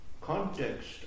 context